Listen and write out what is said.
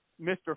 Mr